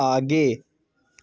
आगे